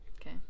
Okay